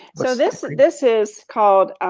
so this this is called,